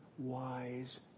Wise